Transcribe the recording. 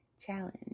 Challenge